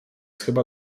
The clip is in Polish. chyba